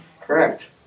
Correct